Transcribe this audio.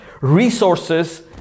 resources